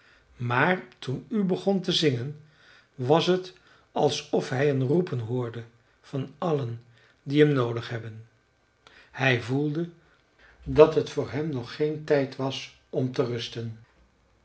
maar toen u begon te zingen was het alsof hij een roepen hoorde van allen die hem noodig hebben hij voelde dat het voor hem nog geen tijd was om te rusten